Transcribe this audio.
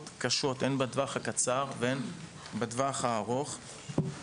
קשות הן בטווח הקצר והן בטווח הארוך,